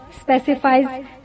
specifies